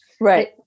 Right